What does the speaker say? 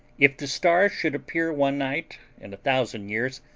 if the stars should appear one night in a thousand years,